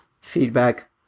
feedback